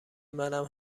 منم